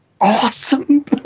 awesome